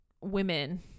women